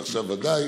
ועכשיו בוודאי